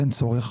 אין צורך.